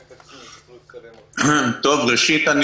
ראשית,